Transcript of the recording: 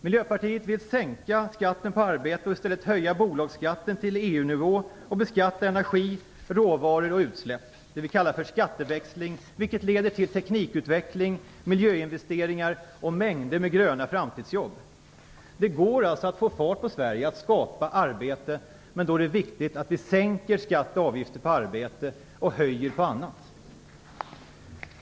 Miljöpartiet vill sänka skatten på arbete och i stället höja bolagsskatten till EU-nivå och beskatta energi, råvaror och utsläpp - det vi kallar för skatteväxling - vilket leder till teknikutveckling, miljöinvesteringar och mängder med gröna framtidsjobb. Det går alltså att få fart på Sverige, att skapa arbete, men då är det viktigt att vi sänker skatt och avgifter på arbete och höjer på annat.